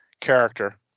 character